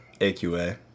AQA